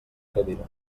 cadira